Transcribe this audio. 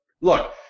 Look